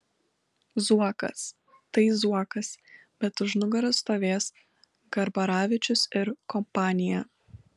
zuokas tai zuokas bet už nugaros stovės garbaravičius ir kompanija